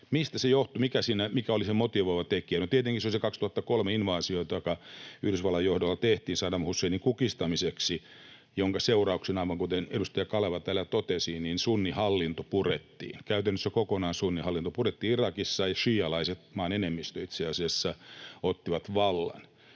Mistä se johtui? Mikä oli se motivoiva tekijä? No, tietenkin se oli se vuoden 2003 in-vaasio, joka Yhdysvaltojen johdolla tehtiin Saddam Husseinin kukistamiseksi, jonka seurauksena, aivan kuten edustaja Kaleva täällä totesi, sunnihallinto purettiin, käytännössä kokonaan sunnihallinto purettiin Irakissa, ja šiialaiset, maan enemmistö itse asiassa, ottivat vallan.